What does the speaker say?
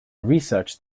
researched